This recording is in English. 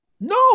no